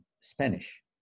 Spanish